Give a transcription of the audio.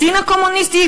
בסין הקומוניסטית?